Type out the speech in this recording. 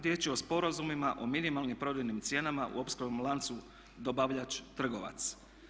Riječ je o sporazumima o minimalnim prodajnim cijenama u opskrbnom lancu dobavljač-trgovac.